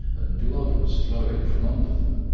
and blood was flowing from under them.